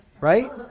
right